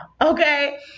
Okay